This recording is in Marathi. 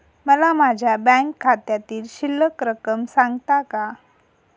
मला माझ्या बँक खात्यातील शिल्लक रक्कम सांगता का?